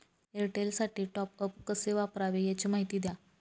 एअरटेलसाठी टॉपअप कसे करावे? याची माहिती द्या